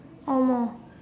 oh more